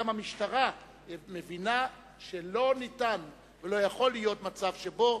גם המשטרה מבינה שאי-אפשר ולא יכול להיות מצב שבו